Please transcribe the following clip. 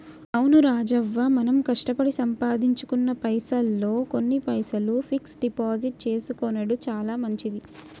అవును రాజవ్వ మనం కష్టపడి సంపాదించుకున్న పైసల్లో కొన్ని పైసలు ఫిక్స్ డిపాజిట్ చేసుకొనెడు చాలా మంచిది